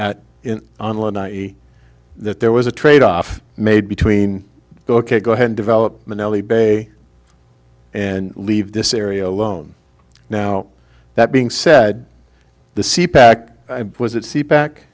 in online that there was a tradeoff made between the ok go ahead and develop manelli bay and leave this area alone now that being said the sea pack was at sea back